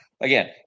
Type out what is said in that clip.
Again